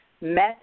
met